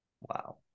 Wow